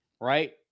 Right